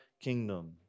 kingdom